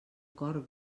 cor